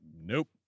nope